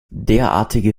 derartige